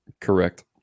Correct